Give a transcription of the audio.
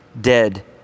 dead